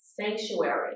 Sanctuary